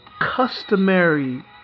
customary